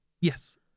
Yes